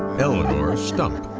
eleonore stump.